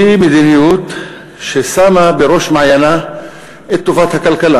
היא מדיניות ששמה בראש מעייניה את טובת הכלכלה.